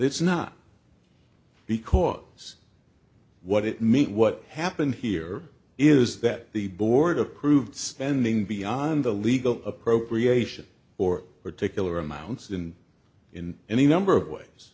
it's not because what it meant what happened here is that the board approved spending beyond the legal appropriation for particular amounts and in any number of ways